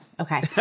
Okay